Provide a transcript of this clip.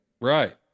right